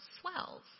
swells